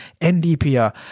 NDPR